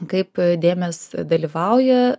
kaip dėmės dalyvauja